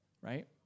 right